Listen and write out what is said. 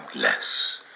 less